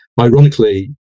Ironically